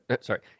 Sorry